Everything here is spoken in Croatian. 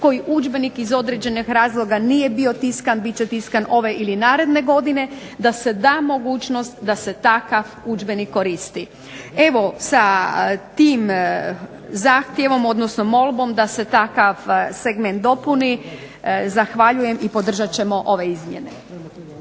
koji udžbenik iz određenog razloga nije bio tiskan, bit će tiskan ove ili naredne godine, da se da mogućnost da se takav udžbenik koristi. Evo sa tim zahtjevom odnosno molbom da se takav segment dopuni zahvaljujem i podržat ćemo ove izmjene.